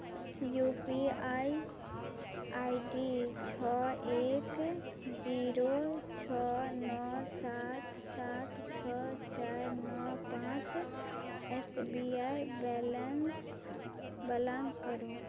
U P I I D छओ एक zero छओ नओ सात सात छओ चारि नओ पाँच S B I balance block करू